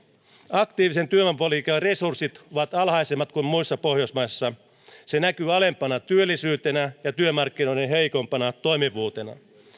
aktiivisen työvoimapolitiikan resurssit ovat alhaisemmat kuin muissa pohjoismaissa se näkyy alempana työllisyytenä ja ja työmarkkinoiden heikompana toimivuutena